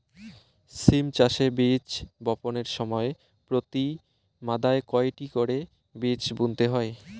সিম চাষে বীজ বপনের সময় প্রতি মাদায় কয়টি করে বীজ বুনতে হয়?